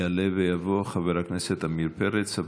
יעלה ויבוא חבר הכנסת עמיר פרץ,